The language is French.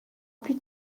plus